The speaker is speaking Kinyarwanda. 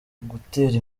ugutera